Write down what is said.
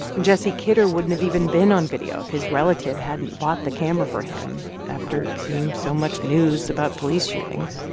jesse kidder wouldn't have even been on video if his relative hadn't bought the camera for him after seeing so much news about police shootings.